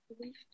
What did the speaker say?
Belief